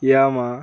Yamaha